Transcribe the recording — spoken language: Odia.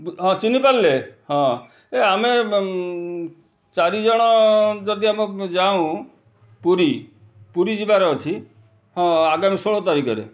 ହଁ ଚିହ୍ନି ପାରିଲେ ହ ଏ ଆମେ ଚାରି ଜଣ ଯଦି ଆମେ ଯାଉଁ ପୁରୀ ପୁରୀ ଯିବାର ଅଛି ହଁ ଆଗାମୀ ଷୋହଳ ତାରିଖରେ